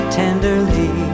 tenderly